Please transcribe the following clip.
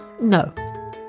no